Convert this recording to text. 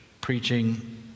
preaching